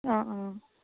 অঁ অঁ